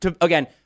Again